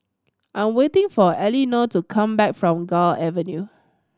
I'm waiting for Elinore to come back from Gul Avenue